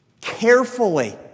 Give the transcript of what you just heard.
carefully